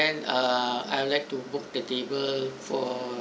~en uh I would like to book the table for